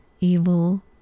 evil